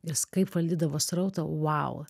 ir jis kaip valdydavo srautą vau